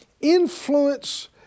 influence